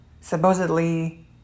supposedly